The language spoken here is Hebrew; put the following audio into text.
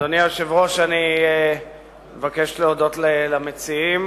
אדוני היושב-ראש, אני מבקש להודות למציעים